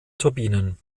turbinen